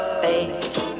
face